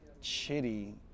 chitty